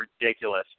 ridiculous